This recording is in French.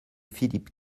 philippe